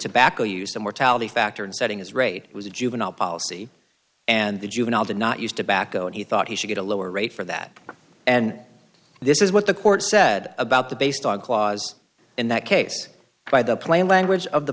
tobacco use of mortality factor in setting his rate was a juvenile policy and the juvenile did not use tobacco and he thought he should get a lower rate for that and this is what the court said about the based on clause in that case by the plain language of the